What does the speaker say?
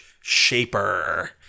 Shaper